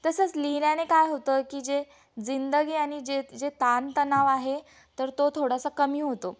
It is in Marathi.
तसंच लिहिण्याने काय होतं की जे जिंदगी आणि जे जे ताणतणाव आहे तर तो थोडासा कमी होतो